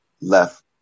left